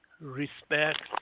respect